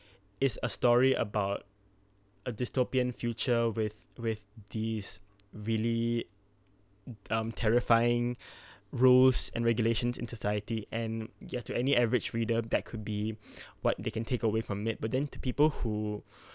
it's a story about a dystopian future with with these really um terrifying rules and regulations in society and yet to any average reader that could be what they can take away from it but then to people who